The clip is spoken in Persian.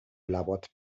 لبات